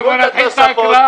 בוא נתחיל את ההקראה,